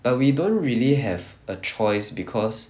but we don't really have a choice because